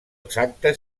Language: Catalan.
exacta